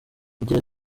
agira